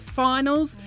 finals